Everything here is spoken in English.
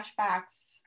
flashbacks